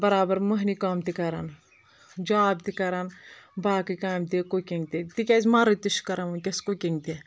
برابر مۅہنِوۍ کٲم تہِ کَران جاب تہِ کَران باقٕے کامہِ تہِ کُکِنٛگ تہِ تِکیٛازِ مرد تہِ چھ کَران وُنکٮ۪س کُکِنٛگ تہِ